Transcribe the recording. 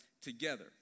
together